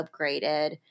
upgraded